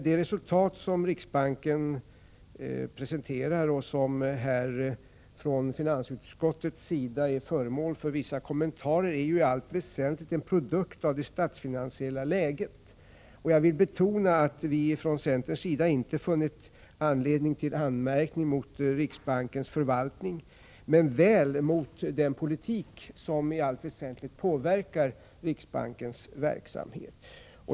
Det resultat som riksbanken presenterar och som här från finansutskottet är föremål för vissa kommentarer är i allt väsentligt en produkt av det statsfinansiella läget. Jag vill betona att vi från centerns sida inte funnit anledning till anmärkning mot riksbankens förvaltning men väl mot den politik som påverkar riksbankens verksamhet.